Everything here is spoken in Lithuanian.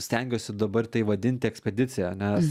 stengiuosi dabar tai vadinti ekspedicija nes